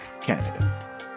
Canada